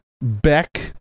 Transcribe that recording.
Beck